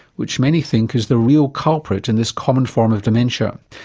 which many think is the real culprit in this common form of dementia.